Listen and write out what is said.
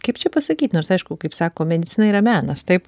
kaip čia pasakyt nors aišku kaip sako medicina yra menas taip